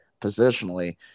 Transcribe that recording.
positionally